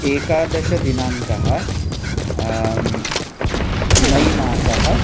एकादशदिनाङ्कः मै मासः